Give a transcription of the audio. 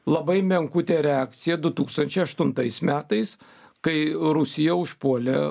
labai menkutė reakcija du tūkstančiai aštuntais metais kai rusija užpuolė